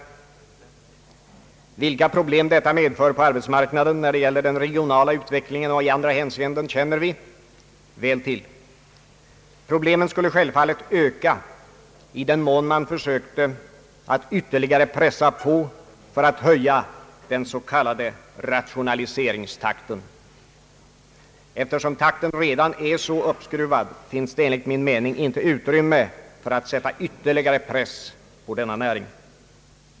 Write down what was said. Vilka problem detta medför på arbetsmarknaden när det gäller den regionala utvecklingen och i andra hänseenden känner vi ju väl till. Problemen skulle självfallet öka i den mån man försökte att ytterligare pressa på för att höja den s.k. rationaliseringstakten. Eftersom takten redan är så uppskruvad, finns det enligt min mening inte utrymme för att sätta ytterligare press på denna näring.